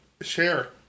share